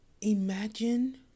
Imagine